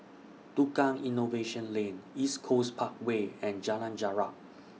Tukang Innovation Lane East Coast Parkway and Jalan Jarak